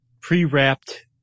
pre-wrapped –